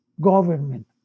government